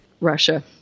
Russia